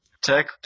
Tech –